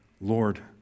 Lord